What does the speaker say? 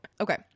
Okay